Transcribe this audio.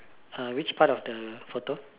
uh which part of the photo